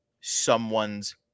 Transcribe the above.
someone's